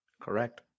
correct